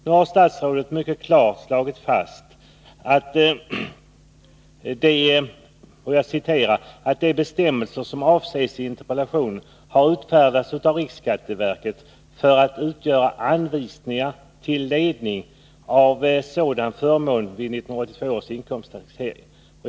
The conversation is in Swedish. Nu har statsrådet mycket klart slagit fast att de bestämmelser som avses i interpellationen ”har utfärdats av riksskatteverket för att utgöra anvisningar till ledning för värdering av sådan förmån vid 1982 års inkomsttaxering”.